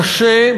קשה,